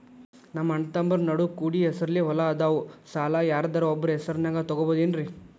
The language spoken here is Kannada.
ನಮ್ಮಅಣ್ಣತಮ್ಮಂದ್ರ ನಡು ಕೂಡಿ ಹೆಸರಲೆ ಹೊಲಾ ಅದಾವು, ಸಾಲ ಯಾರ್ದರ ಒಬ್ಬರ ಹೆಸರದಾಗ ತಗೋಬೋದೇನ್ರಿ?